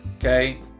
Okay